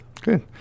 Good